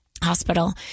Hospital